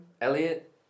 Elliot